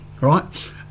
right